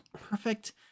perfect